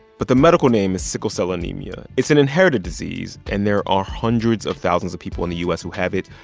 but the medical name is sickle cell anemia. it's an inherited disease, and there are hundreds of thousands of people in the u s. who have it.